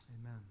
amen